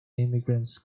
immigrants